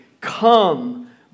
come